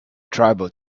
tribal